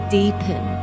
deepen